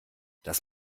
dass